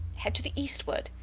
head to the eastward?